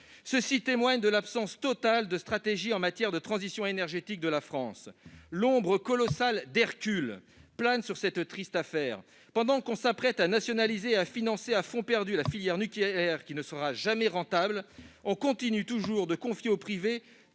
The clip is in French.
Cela témoigne de l'absence totale de stratégie en matière de transition énergétique de la France. L'ombre colossale d'Hercule plane sur cette triste affaire. Alors que l'on s'apprête à nationaliser et à financer à fonds perdu la filière nucléaire, qui ne sera jamais rentable, on continue à confier au privé